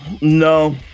no